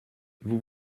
vous